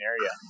area